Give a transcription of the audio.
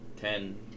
Ten